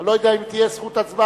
אני לא יודע אם תהיה זכות הצבעה,